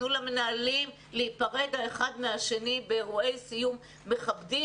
תנו למנהלים להיפרד האחד מהשני באירועי סיום מכבדים,